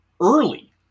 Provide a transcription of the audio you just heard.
early